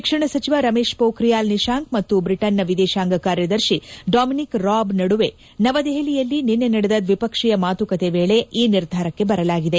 ಶಿಕ್ಷಣ ಸಚಿವ ರಮೇಶ್ ಪೋಖ್ರಿಯಾಲ್ ನಿಶಾಂಕ್ ಮತ್ತು ಬ್ರಿಟನ್ನ ವಿದೇಶಾಂಗ ಕಾರ್ಯದರ್ಶಿ ಡೊಮಿನಿಕ್ ರಾಬ್ ನಡುವೆ ನವದೆಹಲಿಯಲ್ಲಿ ನಿನ್ನೆ ನಡೆದ ದ್ವಿಪಕ್ಷೀಯ ಮಾತುಕತೆ ವೇಳಿ ಈ ನಿರ್ಧಾರಕ್ಕೆ ಬರಲಾಗಿದೆ